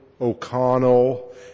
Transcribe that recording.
O'Connell